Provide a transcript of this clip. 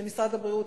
ומשרד הבריאות,